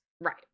right